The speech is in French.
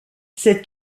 cette